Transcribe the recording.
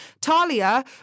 Talia